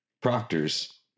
Proctor's